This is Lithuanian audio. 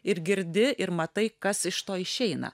ir girdi ir matai kas iš to išeina